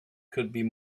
could